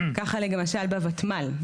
כך למשל ב-ותמ"ל,